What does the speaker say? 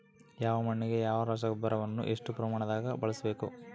ಯಾವ ಮಣ್ಣಿಗೆ ಯಾವ ರಸಗೊಬ್ಬರವನ್ನು ಎಷ್ಟು ಪ್ರಮಾಣದಾಗ ಬಳಸ್ಬೇಕು?